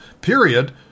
period